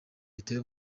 biteye